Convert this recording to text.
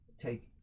take